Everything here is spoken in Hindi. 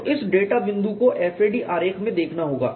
तो इस डेटा बिंदु को FAD आरेख में देखना होगा